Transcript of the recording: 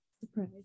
Surprise